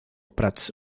prats